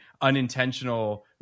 unintentional